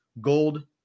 Gold